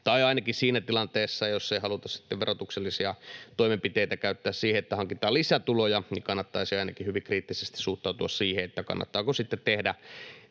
Tai ainakin siinä tilanteessa, jos ei haluta verotuksellisia toimenpiteitä käyttää siihen, että hankitaan lisätuloja, kannattaisi hyvin kriittisesti suhtautua siihen, kannattaako sitten tehdä